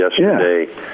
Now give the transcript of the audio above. yesterday